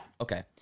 Okay